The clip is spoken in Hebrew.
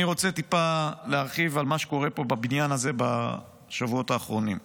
אני רוצה טיפה להרחיב על מה שקורה פה בבניין הזה בשבועות האחרונים.